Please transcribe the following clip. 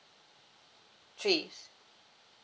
three